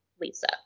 Lisa